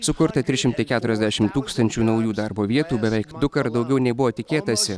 sukurta trys šimtai keturiasdešimt tūkstančių naujų darbo vietų beveik dukart daugiau nei buvo tikėtasi